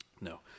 no